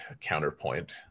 counterpoint